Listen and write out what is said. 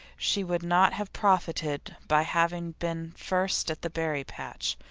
she would not have profited by having been first at the berry patch.